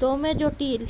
দমে জটিল